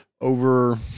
over